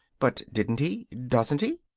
but didn't he? doesn't he?